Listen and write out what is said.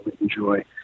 enjoy